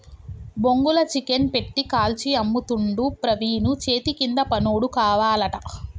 బొంగుల చికెన్ పెట్టి కాల్చి అమ్ముతుండు ప్రవీణు చేతికింద పనోడు కావాలట